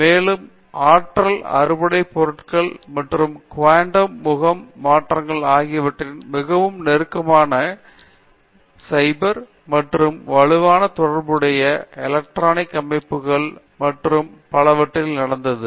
மேலும் ஆற்றல் அறுவடை பொருட்கள் மற்றும் குவாண்டம் முகம் மாற்றங்கள் ஆகியவற்றிற்கு மிகவும் நெருக்கமான 0 மற்றும் வலுவாக தொடர்புள்ள எலக்ட்ரான் அமைப்புகள் மற்றும் பலவற்றில் நடந்தது